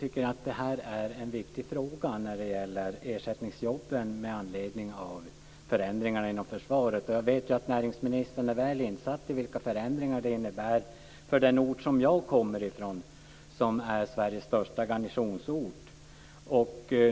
Fru talman! Detta med ersättningsjobb med anledning av förändringarna inom försvaret är en viktig fråga. Jag vet att näringsministern är väl insatt i vilka förändringar det innebär för den ort som jag kommer från och som är Sveriges största garnisonsort.